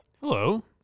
Hello